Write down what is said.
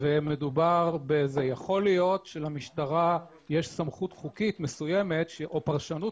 יכול להיות שלמשטרה יש סמכות חוקית מסוימת או פרשנות